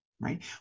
right